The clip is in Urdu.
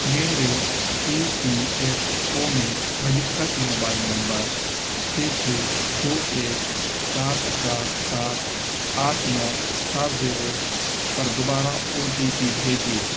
میرے ای پی ایف او میں رجسٹرڈ موبائل نمبر چھ چھ دو ایک سات سات سات آٹھ نو سات زیرو پر دوبارہ او ٹی پی بھیجیے